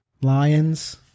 lions